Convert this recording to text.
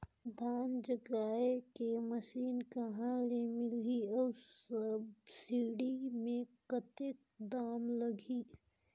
धान जगाय के मशीन कहा ले मिलही अउ सब्सिडी मे कतेक दाम लगही?